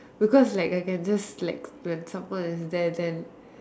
because like I can just slack when someone is there then